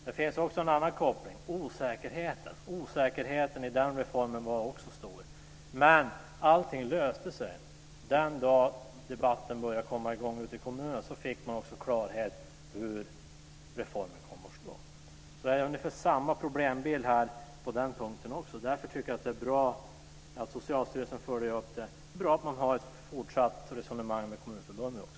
Det finns också en annan koppling, nämligen osäkerheten. Osäkerheten i den reformen var också stor, men allting löste sig. Den dagen debatten började komma i gång ute i kommunerna fick man också klarhet i hur reformen skulle slå. Det är ungefär samma problembild här också. Därför tycker jag att det är bra att Socialstyrelsen följer upp det. Det är bra att man har ett fortsatt resonemang med Kommunförbundet också.